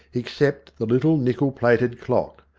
except the little nickel-plated clock.